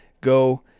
go